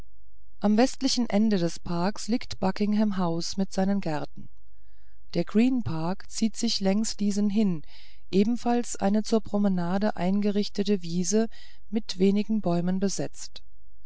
am westlichen ende des parks liegt buckingham house mit seinen gärten der green park zieht sich längs diesen hin ebenfalls eine zur promenade eingerichtete wiese mit wenigen bäumen besetzt